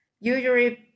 usually